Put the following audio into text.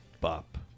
Bop